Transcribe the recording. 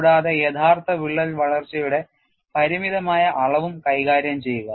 കൂടാതെ യഥാർത്ഥ വിള്ളൽ വളർച്ചയുടെ പരിമിതമായ അളവും കൈകാര്യം ചെയ്യുക